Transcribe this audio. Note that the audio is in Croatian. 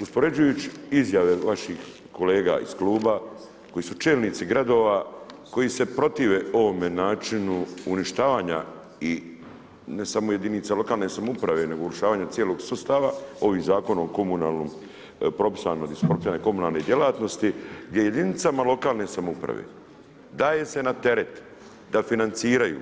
Uspoređujući izjave vaših kolega iz kluba koji su čelnici gradova koji se protive ovome načinu uništavanja i ne samo jedinica lokalne samouprave nego urušavanja cijelog sustava ovim Zakonom o komunalnom … komunalne djelatnosti gdje jedinicama lokalne samouprave daje se na teret da financiraju